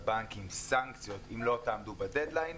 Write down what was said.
הבנקים, סנקציות אם לא תעמדו בדד-ליין,